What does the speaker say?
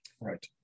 right